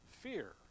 Fear